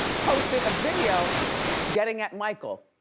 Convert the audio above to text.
posted a video getting at michael,